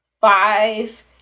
five